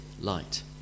light